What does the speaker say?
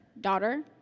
Daughter